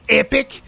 epic